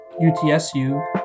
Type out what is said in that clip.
UTSU